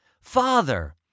Father